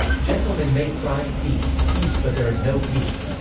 gentlemen may cry, peace, peace but there is no peace.